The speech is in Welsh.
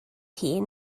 hun